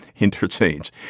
interchange